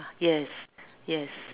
yes yes